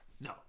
No